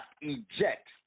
eject